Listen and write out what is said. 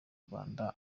rwanda